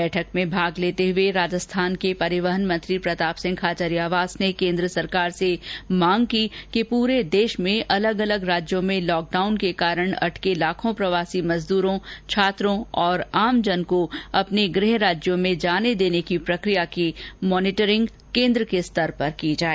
बैठक में भाग लेते हुए राजस्थान के परिवहन मंत्री प्रताप सिंह खाचरियावास ने केन्द्र सरकार से मांग की कि पूरे देश में अलग अलग राज्यों में लॉकडाउन के कारण अटके लाखों प्रवासी मजदूरों छात्रों और आमजन को अपने गृह राज्यों में जाने देने की प्रक्रिया की मॉनिटरिंग केन्द्र के स्तर पर की जाए